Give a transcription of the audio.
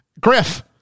Griff